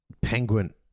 Penguin